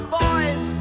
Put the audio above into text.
boys